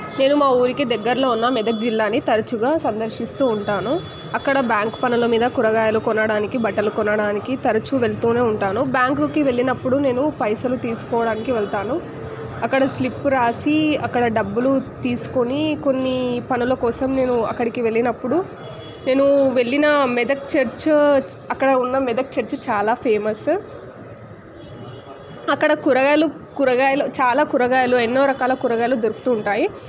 నేను మా ఊరికి దగ్గర్లో ఉన్న మెదక్ జిల్లాని తరచుగా సందర్శిస్తూ ఉంటాను అక్కడ బ్యాంకు పనుల మీద కూరగాయలు కొనడానికి బట్టలు కొనడానికి తరచూ వెళుతూనే ఉంటాను బ్యాంకుకి వెళ్ళినప్పుడు నేను పైసలు తీసుకోవడానికి వెళతాను అక్కడ స్లిప్ వ్రాసి అక్కడ డబ్బులు తీసుకొని కొన్ని పనుల కోసం నేను అక్కడికి వెళ్ళినప్పుడు నేను వెళ్ళిన మెదక్ చర్చ్ అక్కడ ఉన్న మెదక్ చర్చ్ చాలా ఫేమస్ అక్కడ కూరగాయలు కూరగాయలు చాలా కూరగాయలు ఎన్నో రకాల కూరగాయలు దొరుకుతూ ఉంటాయి